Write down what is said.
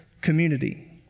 community